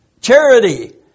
charity